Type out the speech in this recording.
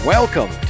Welcome